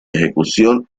ejecución